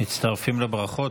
מצטרפים לברכות.